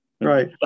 Right